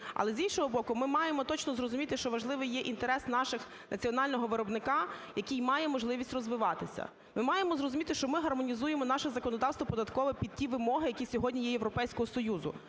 Але, з іншого боку, ми маємо точно зрозуміти, що важливий є інтерес наших національного виробника, який має можливість розвиватися. Ми маємо зрозуміти, що ми гармонізуємо наше законодавство податкове під ті вимоги, які сьогодні є Європейського Союзу,